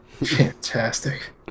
Fantastic